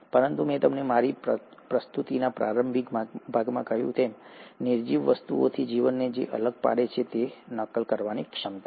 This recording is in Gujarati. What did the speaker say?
પરંતુ મેં તમને મારી પ્રસ્તુતિના પ્રારંભિક ભાગમાં કહ્યું તેમ નિર્જીવ વસ્તુઓથી જીવનને જે અલગ પાડે છે તે નકલ કરવાની ક્ષમતા છે